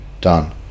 done